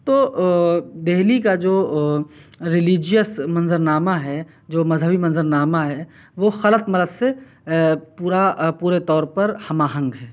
تو دہلی کا جو رلیجیس منظرنامہ ہے جو مذہبی منظرنامہ ہے وہ خلط ملط سے پورا پورے طور پر ہم آہنگ ہے